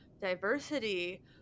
diversity